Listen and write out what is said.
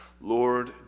Lord